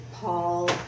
Paul